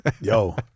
Yo